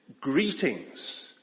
Greetings